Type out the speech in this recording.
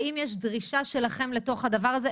האם יש דרישה שלכם לתוך הדבר הזה?